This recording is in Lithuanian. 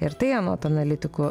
ir tai anot analitikų